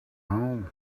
home